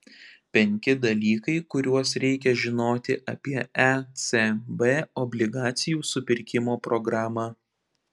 penki dalykai kuriuos reikia žinoti apie ecb obligacijų supirkimo programą